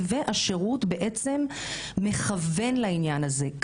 מתווה השירות בעצם מכוון לעניין הזה,